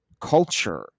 culture